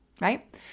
right